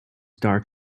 dark